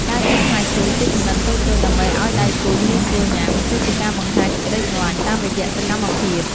ការចិតផ្លែឈើជាចំណិតតូចៗដើម្បីឱ្យដៃគូងាយស្រួលញ៉ាំ គឺជាការបង្ហាញសេចក្ដីស្រឡាញ់តាមរយៈសកម្មភាព។